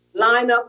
lineup